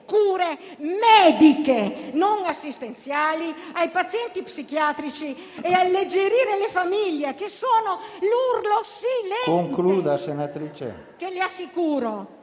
cure mediche non assistenziali ai pazienti psichiatrici e alleggerire le famiglie, da cui si leva un urlo silente che - le assicuro